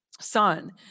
son